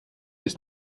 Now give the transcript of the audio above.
ist